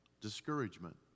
Discouragement